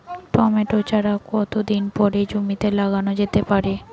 Tomato চারা কতো দিন পরে জমিতে লাগানো যেতে পারে?